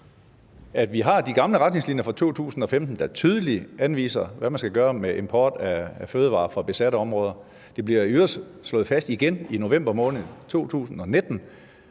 op. Vi har de gamle retningslinjer fra 2015, der tydeligt anviser, hvad man skal gøre i forbindelse med import af fødevarer fra besatte områder. Det blev i øvrigt igen slået fast i november måned 2019